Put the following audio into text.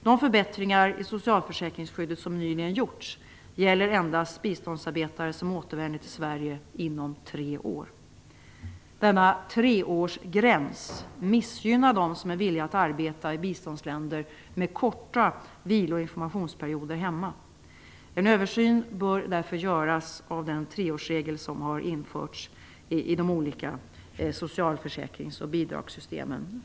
De förbättringar i socialförsäkringsskyddet som nyligen gjorts gäller endast biståndsarbetare som återvänder till Sverige inom tre år. Denna treårsgräns missgynnar dem som är villiga att arbeta i biståndsländer med korta vilo och informationsperioder hemma. En översyn bör därför göras av den treårsregel som har införts för biståndsarbetare i olika socialförsäkrings och bidragssystem.